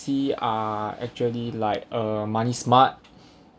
see are actually like uh money smart